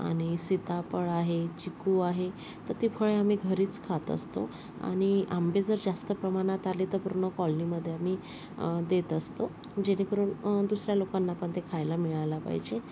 आणि सीताफळ आहे चिक्कू आहे तर ती फळे आम्ही घरीच खात असतो आणि आंबे जर जास्त प्रमाणात आले तर पूर्ण कॉलनीमधे आम्ही देत असतो जेणेकरून दुसऱ्या लोकांनापण ते खायला मिळायला पाहिजे